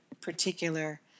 particular